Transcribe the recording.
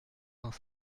vingt